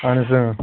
اَہَن حظ